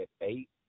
eight